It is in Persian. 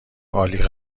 عالی